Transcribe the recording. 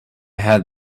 had